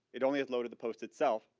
it only has loaded the post itself,